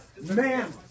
Ma'am